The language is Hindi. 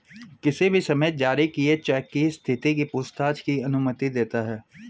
किसी भी समय जारी किए चेक की स्थिति की पूछताछ की अनुमति देता है